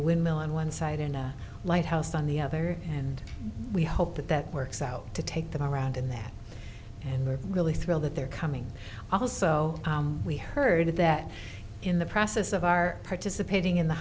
windmill on one side in a lighthouse on the other and we hope that that works out to take them around in that and we're really thrilled that they're coming also we heard that in the process of our participating in the